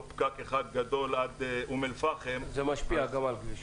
פקק אחד גדול עד אום אל פאחם --- זה משפיע גם על הכביש.